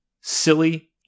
silly